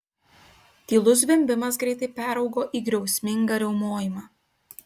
tylus zvimbimas greitai peraugo į griausmingą riaumojimą